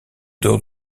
dehors